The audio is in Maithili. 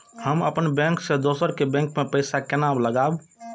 हम अपन बैंक से दोसर के बैंक में पैसा केना लगाव?